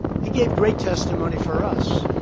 he gave great testimony for us.